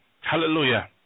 Hallelujah